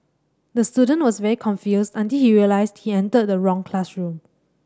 the student was very confused until he realised he entered the wrong classroom